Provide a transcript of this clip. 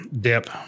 dip